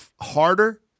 harder